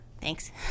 Thanks